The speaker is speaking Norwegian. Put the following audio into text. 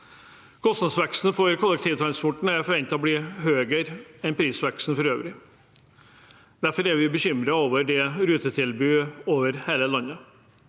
Kostnadsveksten for kollektivtransporten er forventet å bli høyere enn prisveksten for øvrig. Vi er derfor bekymret for rutetilbudet over hele landet.